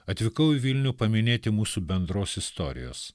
atvykau į vilnių paminėti mūsų bendros istorijos